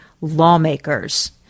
lawmakers